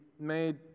made